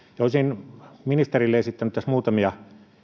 olisin ministerille esittänyt tässä muutamia